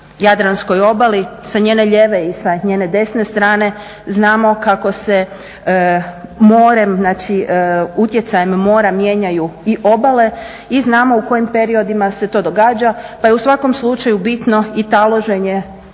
jadranskoj obali sa njene lijeve i sa njene desne strane. Znamo kako se morem, znači utjecajem mora mijenjaju i obale i znamo u kojem periodima se to događa pa je u svakom slučaju bitno i taloženje naslaga